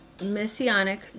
Messianic